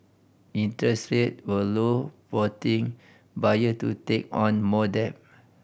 interest rate were low prompting buyer to take on more debt